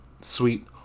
sweet